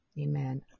Amen